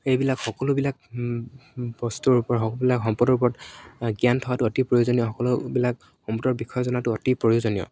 এইবিলাক সকলোবিলাক বস্তুৰ ওপৰত সকলোবিলাক সম্পদৰ ওপৰত জ্ঞান থকাটো অতি প্ৰয়োজনীয় সকলোবিলাক সম্পদৰ বিষয়ে জনাটো অতি প্ৰয়োজনীয়